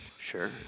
Sure